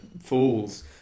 fools